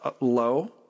low